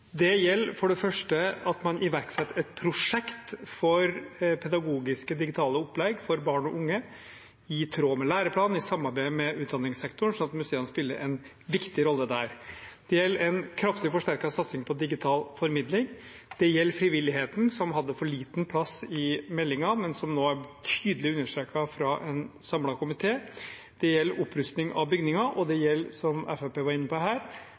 Det gjelder for det første at man iverksetter et prosjekt for pedagogiske digitale opplegg for barn og unge i tråd med læreplanen i samarbeid med utdanningssektoren, slik at museene spiller en viktig rolle der. Det gjelder en kraftig forsterket satsing på digital formidling. Det gjelder frivilligheten, som hadde for liten plass i meldingen, men som nå er tydelig understreket fra en samlet komité. Det gjelder opprustning av bygninger. Det gjelder, som Fremskrittspartiet var inne på her,